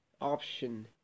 option